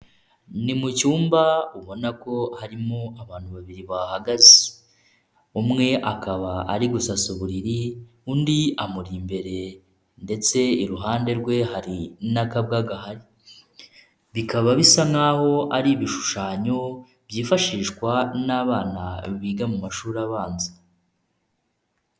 Ni mu cyumba ubona ko harimo abantu babiri bahahagaze, umwe akaba ari gusasa uburiri, undi amuri imbere ndetse iruhande rwe hari n'akabwa gahari, bikaba bisa n'aho ari ibishushanyo byifashishwa n'abana biga mu mashuri abanza.